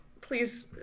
please